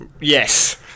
Yes